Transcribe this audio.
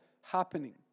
happening